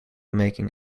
making